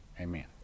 Amen